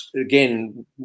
again